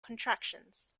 contractions